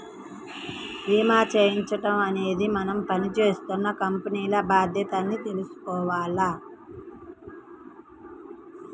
భీమా చేయించడం అనేది మనం పని జేత్తున్న కంపెనీల బాధ్యత అని తెలుసుకోవాల